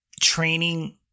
training